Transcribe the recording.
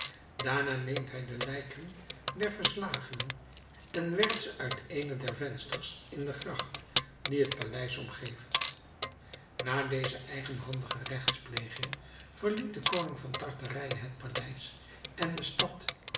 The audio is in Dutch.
daarna neemt hij de lijken der verslagenen en werpt ze uit eene der vensters in de gracht die het paleis omgeeft na deze eigenhandige regtspleging verliet de koning van tartarije het paleis en de stad